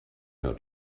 her